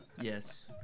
Yes